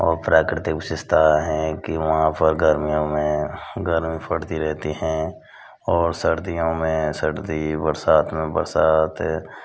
और प्राकृतिक विशेषता हैं कि वहाँ पर गर्मियों में गर्मी पड़ती रहती है और सर्दियों में सर्दी बरसात में बरसात